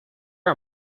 are